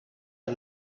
are